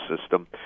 system